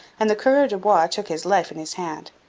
and the coureur de bois took his life in his hand.